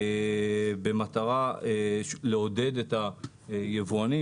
במטרה לעודד את היבואנים,